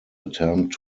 attempt